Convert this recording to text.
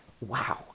Wow